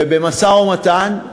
ובמשא-ומתן,